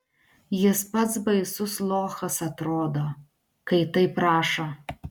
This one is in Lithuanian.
jis pats baisus lochas atrodo kai taip rašo